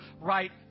right